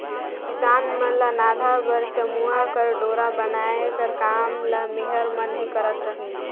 किसान मन ल नाधा बर चमउा कर डोरा बनाए कर काम ल मेहर मन ही करत रहिन